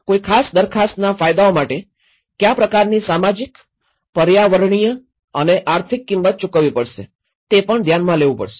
કોઈ ખાસ દરખાસ્તના ફાયદાઓ માટે કયા પ્રકારની સામાજિક પર્યાવરણીય અને આર્થિક કિંમત ચૂકવવી પડશે તે પણ ધ્યાનમાં લેવું પડશે